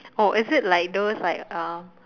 oh is it like those like uh